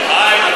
חיים,